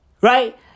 Right